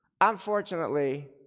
Unfortunately